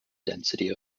density